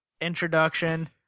introduction